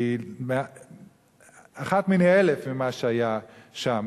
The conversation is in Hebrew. היא אחת מני אלף ממה שהיה שם.